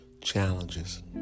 challenges